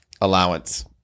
allowance